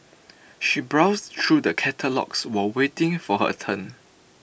she browsed through the catalogues while waiting for her turn